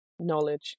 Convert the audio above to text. knowledge